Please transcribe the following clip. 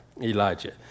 Elijah